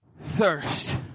thirst